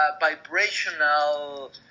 vibrational